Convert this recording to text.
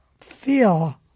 feel